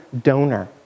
donor